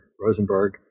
Rosenberg